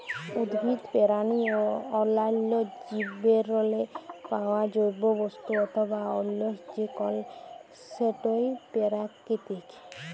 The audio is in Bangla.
উদ্ভিদ, পেরানি অ অল্যাল্য জীবেরলে পাউয়া জৈব বস্তু অথবা অল্য যে কল সেটই পেরাকিতিক